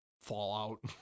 Fallout